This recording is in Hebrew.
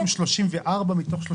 לפי הנמוך, זה מקום 34 מתוך 38,